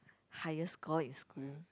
highest score in school